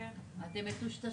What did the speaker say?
יניב, מה אתה מנסה